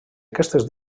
aquestes